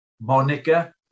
Monica